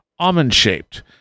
Almond-shaped